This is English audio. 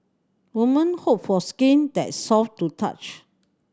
women hope for a skin that soft to touch